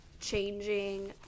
changing